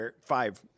five